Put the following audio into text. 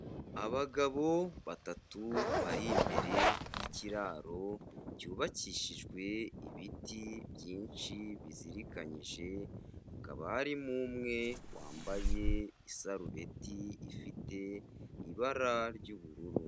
Abagabo batatu bari imbere y'ikiraro cyubakishijwe ibiti byinshi bizirikanyije, hakaba harimo umwe wambaye isarubeti ifite ibara ry'ubururu.